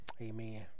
Amen